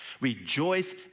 Rejoice